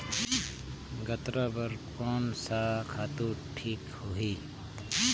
गन्ना बार कोन सा खातु ठीक होही?